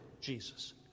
jesus